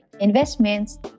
investments